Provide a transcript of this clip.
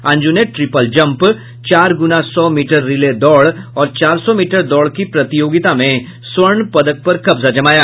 अंजु ने triple jump चार गुना सौ मीटर रिले दौड़ और चार सौ मीटर दौड़ की प्रतियोगिता में स्पर्ण पदक पर कब्जा जमाया